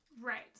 Right